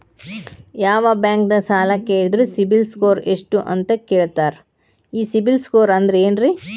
ಯಾವ ಬ್ಯಾಂಕ್ ದಾಗ ಸಾಲ ಕೇಳಿದರು ಸಿಬಿಲ್ ಸ್ಕೋರ್ ಎಷ್ಟು ಅಂತ ಕೇಳತಾರ, ಈ ಸಿಬಿಲ್ ಸ್ಕೋರ್ ಅಂದ್ರೆ ಏನ್ರಿ?